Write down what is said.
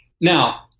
Now